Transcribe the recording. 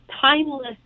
timeless